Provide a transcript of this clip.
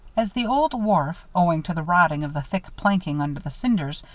as the old wharf, owing to the rotting of the thick planking under the cinders,